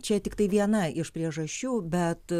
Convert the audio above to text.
čia tiktai viena iš priežasčių bet